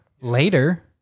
later